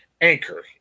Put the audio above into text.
Anchor